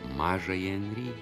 mažąjį anry